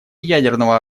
ядерного